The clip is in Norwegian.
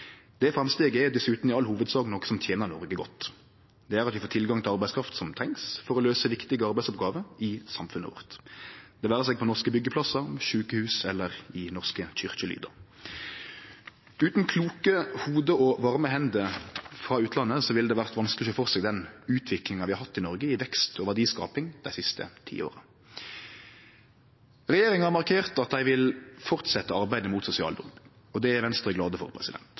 Det framsteget er dessutan i all hovudsak noko som tener Noreg godt. Det gjer at vi får tilgang til arbeidskraft som trengst for å løyse viktige arbeidsoppgåver i samfunnet vårt, det vere seg på norske byggjeplassar, på sjukehus eller i norske kyrkjelydar. Utan kloke hovud og varme hender frå utlandet ville det vore vanskeleg å sjå for seg den utviklinga vi har hatt i Noreg i vekst og verdiskaping dei siste ti åra. Regjeringa markerte at dei vil halde fram arbeidet mot sosial dumping, og det er Venstre glad for. Vi er også glade for